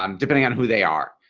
um depending on who they are.